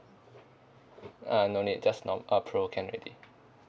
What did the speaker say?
ah no need just normal pro can already